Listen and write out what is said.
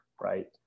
right